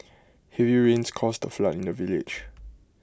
heavy rains caused A flood in the village